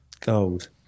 Gold